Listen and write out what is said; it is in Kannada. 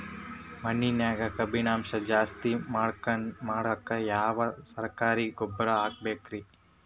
ಮಣ್ಣಿನ್ಯಾಗ ಕಬ್ಬಿಣಾಂಶ ಜಾಸ್ತಿ ಮಾಡಾಕ ಯಾವ ಸರಕಾರಿ ಗೊಬ್ಬರ ಹಾಕಬೇಕು ರಿ?